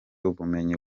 ubumenyi